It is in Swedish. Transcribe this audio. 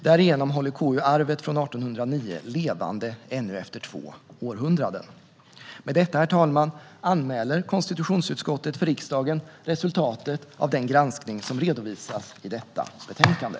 Därigenom håller KU arvet från 1809 levande ännu efter två århundraden. Granskning av statsrådens tjänste-utövning och regeringsärendenas handläggning Med detta, herr talman, anmäler konstitutionsutskottet för riksdagen resultatet av den granskning som redovisas i detta betänkande.